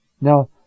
Now